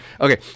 Okay